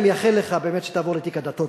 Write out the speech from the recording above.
אני מאחל לך באמת שתעבור לתיק הדתות,